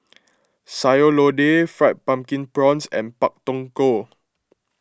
Sayur Lodeh Fried Pumpkin Prawns and Pak Thong Ko